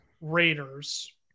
raiders